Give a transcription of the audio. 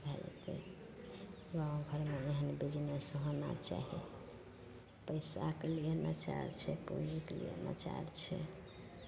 भए जएतै गामघरमे एहन बिजनेस होना चाही पइसाके लिए लचार छै पैरवीके लिए लचार छै